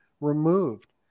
removed